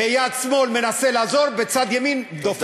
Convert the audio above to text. ביד שמאל מנסה לעזור ובצד ימין דופק אותם.